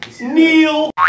Neil